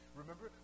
remember